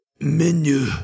menu